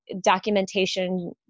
documentation